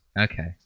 Okay